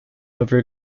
over